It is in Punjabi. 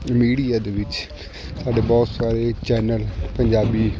ਮੀਡੀਆ ਦੇ ਵਿੱਚ ਸਾਡੇ ਬਹੁਤ ਸਾਰੇ ਚੈਨਲ ਪੰਜਾਬੀ